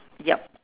yup